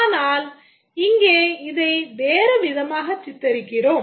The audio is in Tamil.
ஆனால் இங்கே இதை வேறு விதமாகச் சித்தரிக்கிறோம்